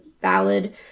ballad